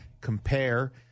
compare